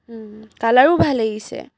কালাৰো ভাল আহিছে